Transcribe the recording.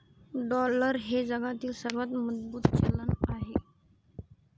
dollar हे जगातील सर्वात मजबूत चलन आहे